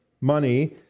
money